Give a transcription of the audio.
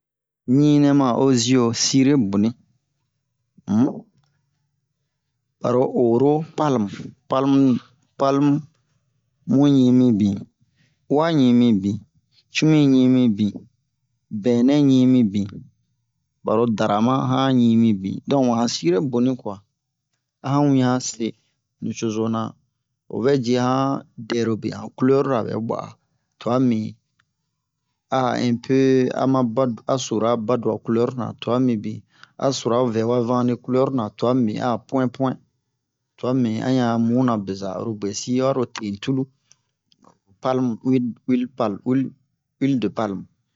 ɲi nɛ ma oo ziyo sire boni um ɓaro oro palme palme palme mu ɲi mibin uwa ɲi mibin cumi ɲi mibin bɛnɛ ɲi mibin ɓaro darama han ɲi mibin donk han sire boni kuwa a han wiɲan se nucoza o vɛ ji a han dɛrobe han culɛrura ɓɛ ɓwa a twa mibin a a ɛnpe ama bad- a sura baduwo culɛru-na twa mibin twa mibin a sura vɛwa vanle culɛru-na twa mibin a a puwɛn-puwɛn tuwa mibin a ɲan muna beza oro biye si ɓaro te-tulu ho palme uwile uwile palme uwile de palme